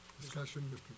discussion